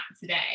today